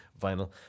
vinyl